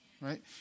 right